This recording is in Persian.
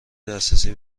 دسترسی